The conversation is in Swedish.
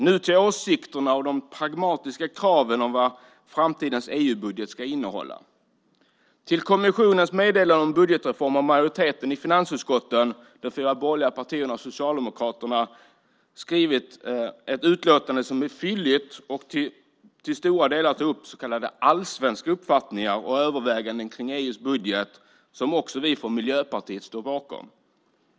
Nu till åsikterna och de pragmatiska kraven på vad framtidens EU-budget ska innehålla. Till kommissionens meddelande om en budgetreform har majoriteten i finansutskottet - de fyra borgerliga partierna och Socialdemokraterna - skrivit ett utlåtande som är fylligt och som till stora delar tar upp så kallade allsvenska uppfattningar och överväganden kring EU:s budget. Dessa står också vi från Miljöpartiet bakom.